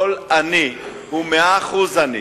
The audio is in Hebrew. כל עני הוא 100% עני.